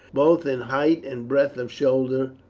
both in height and breadth of shoulder,